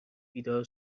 بیدار